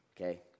okay